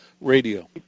Radio